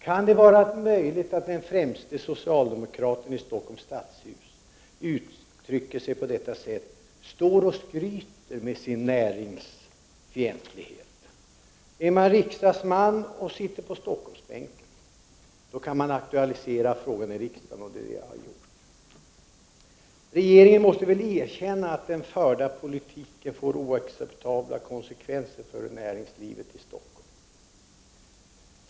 Kan det vara möjligt att den främste socialdemokraten i Stockholms stadshus uttrycker sig på detta sätt, att han står och skryter med sin näringsfientlighet? Är man riksdagsman och sitter på Stockholmsbänken kan man aktualisera frågan i riksdagen, som jag har gjort. Regeringen måste väl erkänna att den förda politiken får oacceptabla konsekvenser för näringslivet i Stockholm.